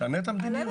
תשנה את המדיניות.